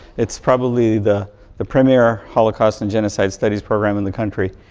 it's probably the the premier holocaust and genocide studies program in the country.